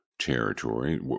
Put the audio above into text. territory